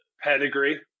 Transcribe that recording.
pedigree